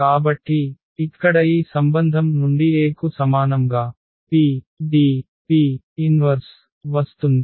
కాబట్టి ఇక్కడ ఈ సంబంధం నుండి A కు సమానం గా PDP 1 వస్తుంది